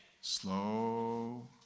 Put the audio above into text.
slow